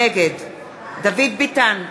נגד דוד ביטן,